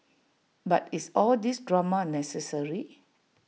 but is all these drama necessary